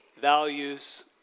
values